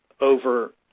over